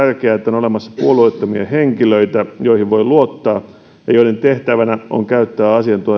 olemassa puolueettomia henkilöitä joihin voi luottaa ja joiden tehtävänä on käyttää